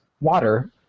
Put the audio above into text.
water